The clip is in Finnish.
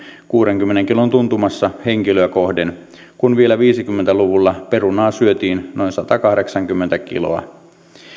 kuudenkymmenen kilon tuntumassa henkilöä kohden kun vielä viisikymmentä luvulla perunaa syötiin noin satakahdeksankymmentä kiloa